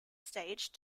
stage